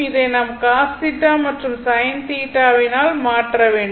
இதை நாம் cos θ மற்றும் sin θ வினால் மாற்ற வேண்டும்